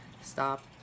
Stop